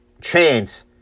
chance